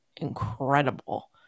incredible